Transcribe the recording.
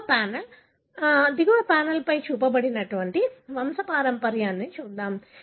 దిగువ ప్యానెల్ దిగువ ప్యానెల్పై చూపిన వంశపారంపర్యాన్ని చూద్దాం